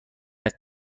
است